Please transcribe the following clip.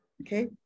okay